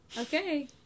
Okay